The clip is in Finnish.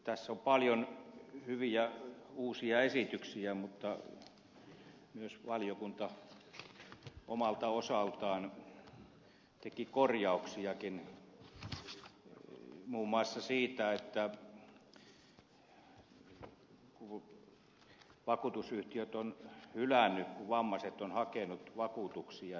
tässä on paljon hyviä uusia esityksiä mutta myös valiokunta omalta osaltaan teki korjauksia muun muassa siitä että kun vakuutusyhtiöt ovat hylänneet vammaisten hakemia vakuutuksia